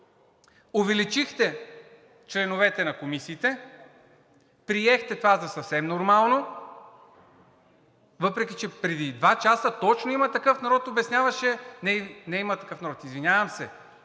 Увеличихте членовете на комисиите, приехте това за съвсем нормално, въпреки че преди два часа точно „Има такъв народ“ обясняваше, не „Има такъв народ“, извинявам се,